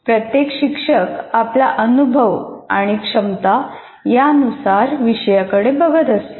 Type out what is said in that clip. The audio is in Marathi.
प्रत्येक शिक्षक आपला अनुभव आणि क्षमता यानुसार विषयाकडे बघत असतो